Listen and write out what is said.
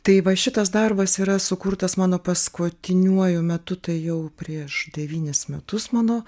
tai va šitas darbas yra sukurtas mano paskutiniuoju metu tai jau prieš devynis metus mano